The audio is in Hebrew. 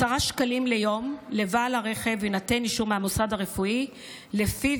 10 שקלים ליום אם לבעל הרכב יינתן אישור מהמוסד הרפואי שלפיו